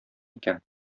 икән